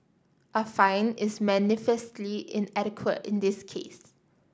a fine is manifestly inadequate in this case